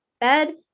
bed